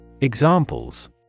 Examples